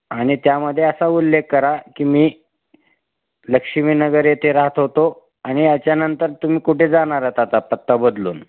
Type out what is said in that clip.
आणि त्यामध्ये असा उल्लेख करा की मी लक्ष्मी नगर येते राहात होतो आणि याच्यानंतर तुम्ही कुठे जाणार आहात आता पत्ता बदलून